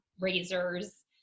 razors